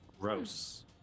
Gross